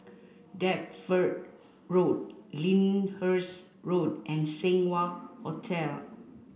Deptford Road Lyndhurst Road and Seng Wah Hotel